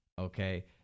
okay